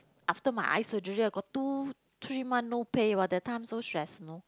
after my eye surgery I got two three month no pay !wah! that time so stress you know